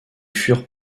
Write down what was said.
furent